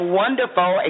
wonderful